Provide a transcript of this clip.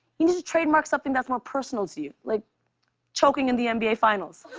you need to trademark something that's more personal to you, like choking in the nba finals.